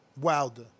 Wilder